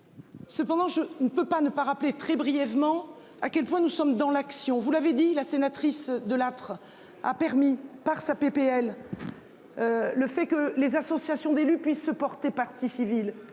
Cependant, je ne peux pas ne pas rappeler très brièvement à quel point nous sommes dans l'action, vous l'avez dit la sénatrice de Lattre. Ah permis par sa PPL. Le fait que les associations d'élus puissent se porter partie civile.